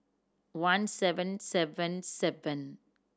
one seven seven seven